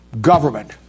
government